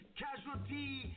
casualty